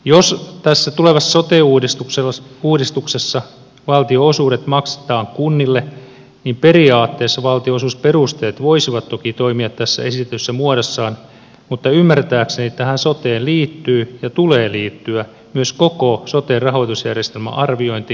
jos tässä tulevassa sote uudistuksessa valtionosuudet maksetaan kunnille niin periaatteessa valtionosuusperusteet voisivat toki toimia tässä esitetyssä muodossaan mutta ymmärtääkseni tähän soteen liittyy ja siihen tulee liittyä myös koko sote rahoitusjärjestelmän arviointi ja läpikäynti